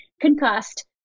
concussed